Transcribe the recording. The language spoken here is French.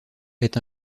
est